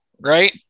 right